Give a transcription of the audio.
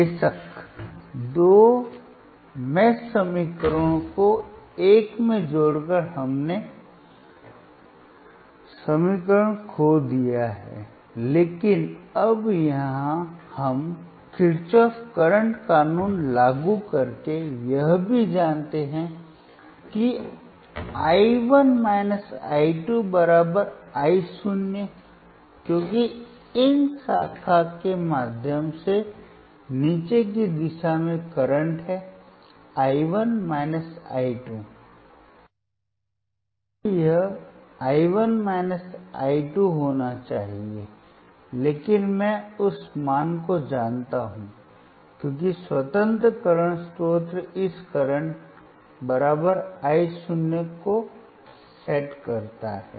बेशक दो जाल समीकरणों को एक में जोड़कर हमने समीकरण खो दिया है लेकिन अब हम यहां किरचॉफ करंट कानून लागू करके यह भी जानते हैं कि i 1 i 2 i 0 क्योंकि इस शाखा के माध्यम से नीचे की दिशा में करंट है i 1 i 2 यहां यह i 1 i 2 होना चाहिए लेकिन मैं उस मान को जानता हूं क्योंकि स्वतंत्र करंट स्रोत इस करंट i 0 को सेट करता है